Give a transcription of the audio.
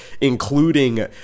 including